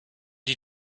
die